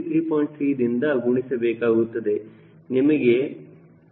ನಂತರ ನಿಮಗೆ ಪ್ರತಿ ರೇಡಿಯನ್ ರೂಪದಲ್ಲಿ ಸಿಗುತ್ತದೆ